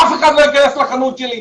אף אחד לא ייכנס לחנות שלי,